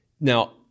now